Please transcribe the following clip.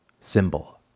symbol